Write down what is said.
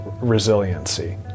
resiliency